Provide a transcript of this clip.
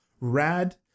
rad